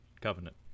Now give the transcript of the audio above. covenant